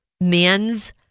men's